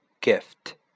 gift